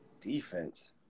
defense